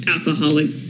Alcoholic